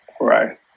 Right